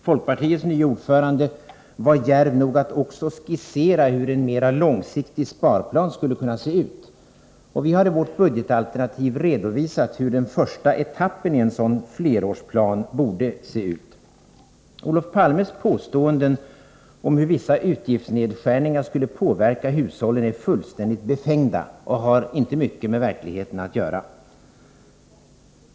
Folkpartiets nye ordförande var djärv nog att också skissera hur en mer långsiktig sparplan skulle kunna se ut. Vi har i vårt budgetalternativ redovisat hur den första etappen i en sådan flerårsplan borde se ut. Olof Palmes påståenden om hur vissa utgiftsnedskärningar skulle påverka hushållen är fullständigt befängda och har inte mycket med verkligheten att göra.